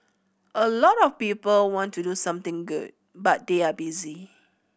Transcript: a lot of people want to do something good but they are busy